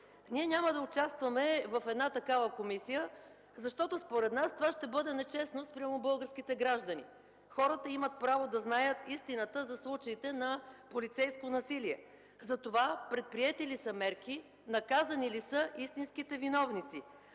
Ние няма да участваме в една такава комисия, защото според нас това ще бъде нечестно спрямо българските граждани. Хората имат право да знаят истината за случаите на полицейско насилие, за това предприети ли са мерки, наказани ли са истинските виновници.